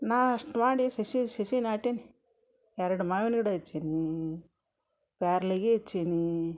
ನಾ ಅಷ್ಟು ಮಾಡಿ ಸಸಿ ಸಸಿ ನಾಟಿನಿ ಎರಡು ಮಾವಿನ ಗಿಡ ಹಚ್ಚೀನಿ ಪ್ಯಾರ್ಲಿಗಿ ಹಚ್ಚೀನಿ